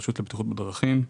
רשות לבטיחות בדרכים.